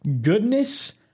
goodness